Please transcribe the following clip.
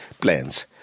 plans